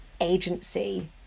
agency